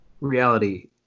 reality